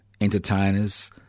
Entertainers